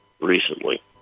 recently